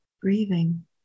breathing